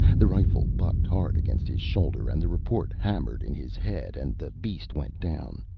the rifle bucked hard against his shoulder and the report hammered in his head and the beast went down.